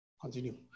Continue